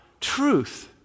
Truth